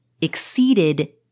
exceeded